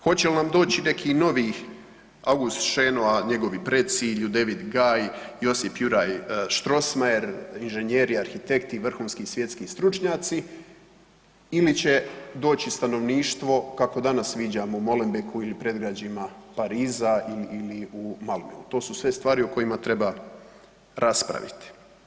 Hoćel nam doći neki novi August Šenoa, njegovi preci, Ljudevit Gaj, Josip Juraj Strossmayer, inženjeri, arhitekti vrhunski svjetski stručnjaci ili će doći stanovništvo kako danas viđamo u Molenbeeku ili predgrađima Pariza ili u …, to su sve stvari o kojima treba raspraviti.